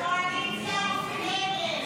ההסתייגות לא התקבלה.